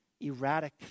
erratic